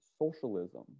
socialism